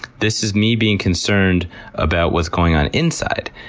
this is me being concerned about what's going on inside.